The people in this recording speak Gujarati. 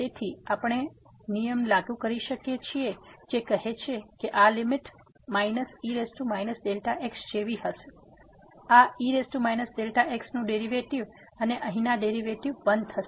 તેથી આપણે નિયમ લાગુ કરી શકીએ છીએ જે કહે છે કે આ લીમીટ e x જેવી હશે આ e x નું ડેરીવેટીવ અને અહીંના ડેરીવેટીવ 1 થશે